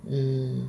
mm